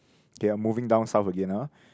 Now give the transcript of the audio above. okay I'm moving down south again ah